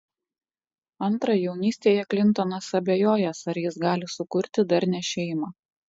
antra jaunystėje klintonas abejojęs ar jis gali sukurti darnią šeimą